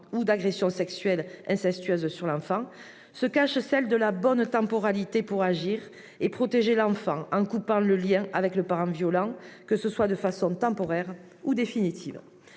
ou d'agression sexuelle incestueuse sur l'enfant, nous devons nous interroger sur la bonne temporalité pour agir et protéger l'enfant en coupant le lien avec le parent violent, que ce soit de façon temporaire ou définitive.